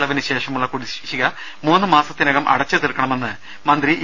ഇളവിന് ശേഷമുള്ള കുടിശ്ശിക മൂന്നു മാസ ത്തിനകം അടച്ചുതീർക്കണമെന്ന് മന്ത്രി ഇ